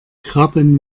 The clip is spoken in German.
krabben